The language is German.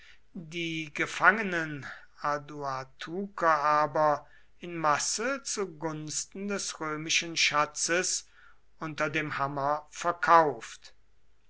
die gefangenen aduatuker aber in masse zu gunsten des römischen schatzes unter dem hammer verkauft